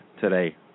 today